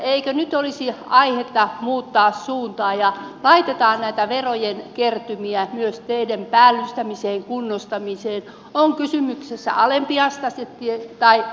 eikö nyt olisi aihetta muuttaa suuntaa ja laittaa näitä verojen kertymiä myös teidän päällystämiseen kunnostamiseen on kysymyksessä sitten alempiasteiset tai valtatiet